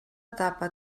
etapa